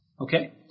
okay